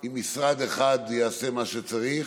אם משרד אחד יעשה מה שצריך,